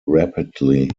rapidly